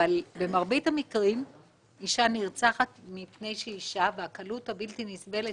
אבל במרבית המקרים אישה נרצחת מפני שהיא אישה והקלות הבלתי-נסבלת